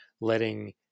letting